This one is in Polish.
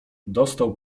dostał